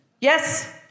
Yes